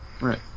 Right